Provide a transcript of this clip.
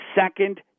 second